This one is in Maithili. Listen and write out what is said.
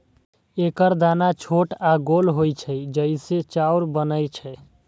एकर दाना छोट आ गोल होइ छै, जइसे चाउर बनै छै